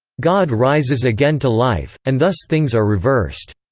god rises again to life, and thus things are reversed.